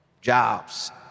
jobs